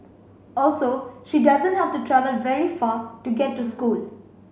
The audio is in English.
also she doesn't have to travel very far to get to school